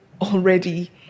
already